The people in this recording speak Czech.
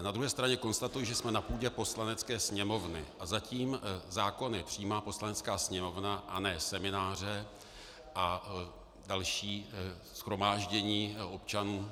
Na druhé straně konstatuji, že jsme na půdě Poslanecké sněmovny a zatím zákony přijímá Poslanecká sněmovna, a ne semináře a další shromáždění občanů.